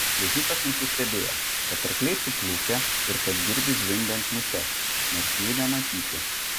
vežikas nusistebėjo kad arkliai suplukę ir kad girdi zvimbiant muses nors jų nematyti